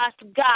God